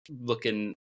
looking